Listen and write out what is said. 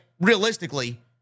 realistically